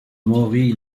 mori